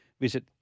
Visit